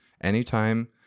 anytime